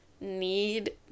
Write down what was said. need